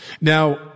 now